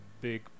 big